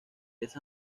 esa